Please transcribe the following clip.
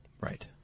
Right